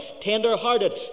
tender-hearted